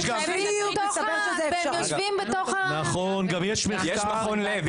יש מכון לב,